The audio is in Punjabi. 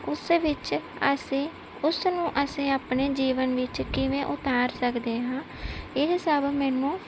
ਉਸ ਵਿੱਚ ਅਸੀਂ ਉਸ ਨੂੰ ਅਸੀਂ ਆਪਣੇ ਜੀਵਨ ਵਿੱਚ ਕਿਵੇਂ ਉਤਾਰ ਸਕਦੇ ਹਾਂ ਇਹ ਸਭ ਮੈਨੂੰ